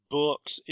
books